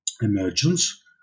emergence